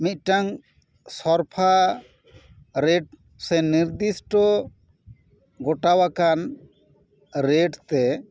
ᱢᱤᱫᱴᱟᱝ ᱥᱚᱨᱯᱷᱟ ᱨᱮᱴ ᱥᱮ ᱱᱤᱨᱫᱤᱥᱴᱚ ᱜᱚᱴᱟᱣᱟᱠᱟᱱ ᱨᱮᱴ ᱛᱮ